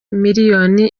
miliyoni